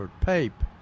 Pape